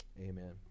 Amen